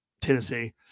Tennessee